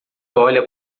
olha